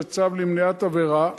15) (צו למניעת עבירה),